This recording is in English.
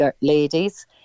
ladies